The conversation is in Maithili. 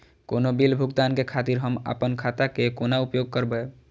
कोनो बील भुगतान के खातिर हम आपन खाता के कोना उपयोग करबै?